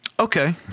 Okay